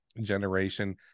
generation